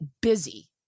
busy